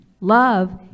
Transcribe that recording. Love